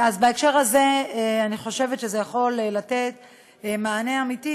בהקשר הזה אני חושבת שזה יכול לתת מענה אמיתי,